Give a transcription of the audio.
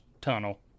tunnel